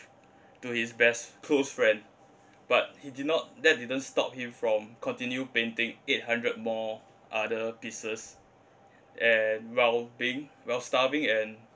to his best close friend but he did not that didn't stop him from continue painting eight hundred more other pieces and well being while starving and